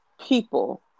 people